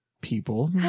people